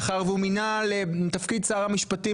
מאחר והוא מינה לתפקיד שר המשפטים,